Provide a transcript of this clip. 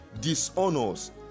dishonors